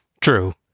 true